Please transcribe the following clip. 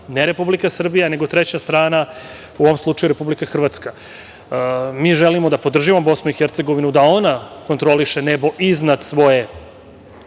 ne Republika Srbija nego treća strana, u ovom slučaju Republika Hrvatska. Mi želimo da podržimo BiH, da ona kontroliše nebo iznad svoje